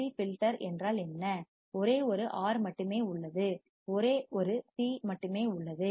C filter என்றால் என்ன ஒரே ஒரு ஆர் மட்டுமே உள்ளது ஒரே ஒரு சி மட்டுமே உள்ளது